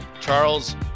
Charles